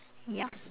ya